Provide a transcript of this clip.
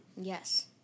Yes